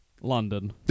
London